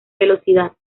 velocidad